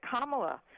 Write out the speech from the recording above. Kamala